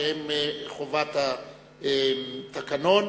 שהם חובת התקנון,